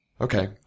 Okay